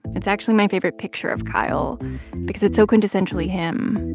it's actually my favorite picture of kyle because it's so quintessentially him.